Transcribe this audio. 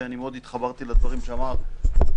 ואני מאוד התחברתי לדברים שאמר חבר